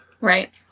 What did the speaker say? right